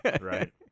right